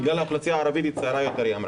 בגלל שהאוכלוסייה הערבית צעירה יותר.